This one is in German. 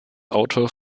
autor